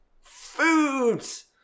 Foods